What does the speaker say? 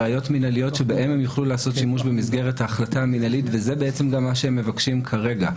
שאלה לי לאור הדיון שהיה כרגע.